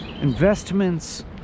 investments